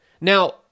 Now